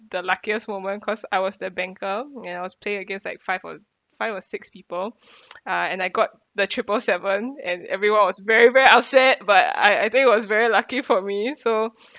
the luckiest moment cause I was the banker ya I was playing against like five or five or six people uh and I got the triple seven and everyone was very very upset but I I think was very lucky for me so